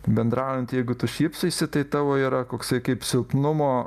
bendraujant jeigu tu šypsaisi tai tavo yra koksai kaip silpnumo